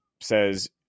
says